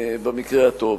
במקרה הטוב,